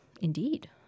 Indeed